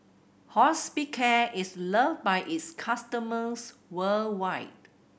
hospicare is loved by its customers worldwide